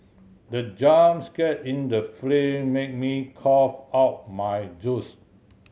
the jump scare in the film made me cough out my juice